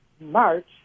March